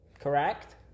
Correct